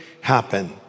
happen